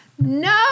No